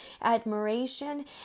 admiration